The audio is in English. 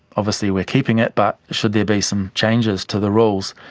obviously we are keeping it, but should there be some changes to the rules?